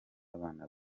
abana